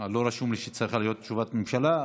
לא רשום לי שצריכה להיות תשובת ממשלה.